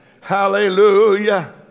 Hallelujah